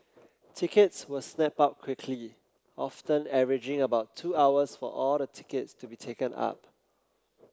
tickets were snapped up quickly often averaging about two hours for all the tickets to be taken up